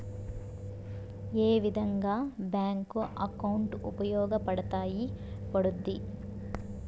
ఏ విధంగా bank account ఉపయోగపడతాయి పడ్తుంది